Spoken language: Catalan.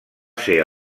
ser